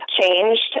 changed